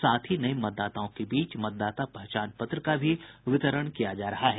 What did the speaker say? साथ ही नये मतदाताओं के बीच मतदाता पहचान पत्र का भी वितरण किया जा रहा है